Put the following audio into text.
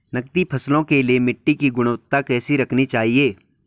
नकदी फसलों के लिए मिट्टी की गुणवत्ता कैसी रखनी चाहिए?